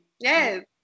Yes